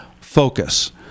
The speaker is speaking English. Focus